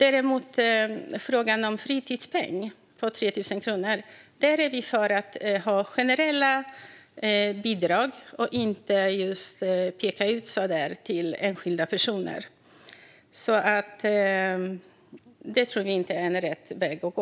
I frågan om en fritidspeng på 3 000 kronor är vi dock för att ha generella bidrag och inte peka ut enskilda personer. Det tror vi inte är rätt väg att gå.